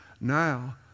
Now